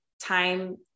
time